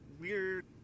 weird